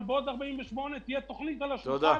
אבל לפחות בעוד 48 שעות תהיה תוכנית על השולחן